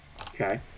Okay